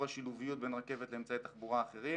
השילוביות בין רכבת לאמצעי תחבורה אחרים,